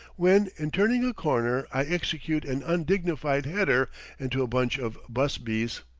when, in turning a corner i execute an undignified header into a bunch of busbies.